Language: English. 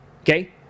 Okay